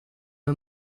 new